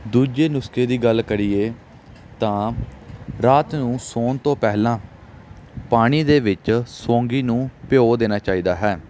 ਦੂਜੇ ਨੁਸਖੇ ਦੀ ਗੱਲ ਕਰੀਏ ਤਾਂ ਰਾਤ ਨੂੰ ਸੌਣ ਤੋਂ ਪਹਿਲਾਂ ਪਾਣੀ ਦੇ ਵਿੱਚ ਸੋਗੀ ਨੂੰ ਭਿਓ ਦੇਣਾ ਚਾਹੀਦਾ ਹੈ